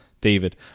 David